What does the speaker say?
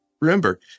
remember